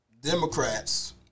Democrats